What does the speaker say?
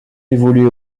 évoluer